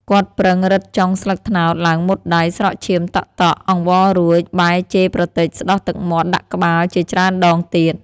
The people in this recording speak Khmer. គាត់ប្រឹងរឹតចុងស្លឹកត្នោតឡើងមុតដៃស្រក់ឈាមតក់ៗ អង្វររួច បែរជេរប្រទេចស្ដោះទឹកមាត់ដាក់ក្បាលជាច្រើនដងទៀត។